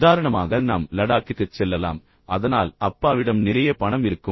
உதாரணமாக நாம் லடாக்கிற்குச் செல்லலாம் நாம் சிறிது நேரம் செலவிடலாம் அதனால் அப்பாவிடம் நிறைய பணம் இருக்கும்